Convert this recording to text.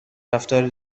رفتار